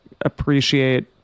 appreciate